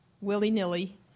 willy-nilly